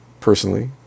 personally